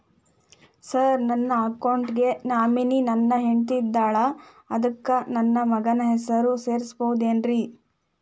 Sir ನನ್ನ account ಗೆ nominee ನನ್ನ ಹೆಂಡ್ತಿ ಇದ್ದಾಳ ಅದಕ್ಕ ನನ್ನ ಮಗನ ಹೆಸರು ಸೇರಸಬಹುದೇನ್ರಿ?